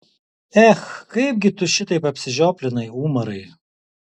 ech kaipgi tu šitaip apsižioplinai umarai